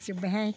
जोब्बायहाय